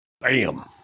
Bam